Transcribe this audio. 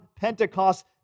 Pentecost